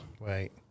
Right